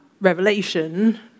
revelation